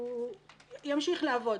הוא ימשיך לעבוד,